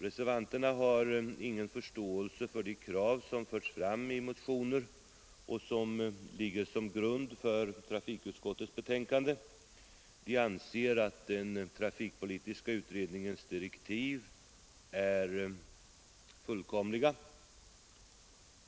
Reservanterna har ingen förståelse för de krav som förts fram i motioner och som ligger till grund för trafikutskottets betänkande. De anser att den trafikpolitiska utredningens direktiv är fullkomliga.